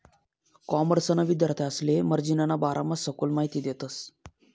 कॉमर्सना विद्यार्थांसले मार्जिनना बारामा सखोल माहिती देतस